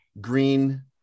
Green